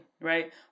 right